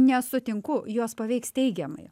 nesutinku jos paveiks teigiamai